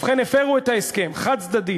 ובכן, הפרו את ההסכם חד-צדדית,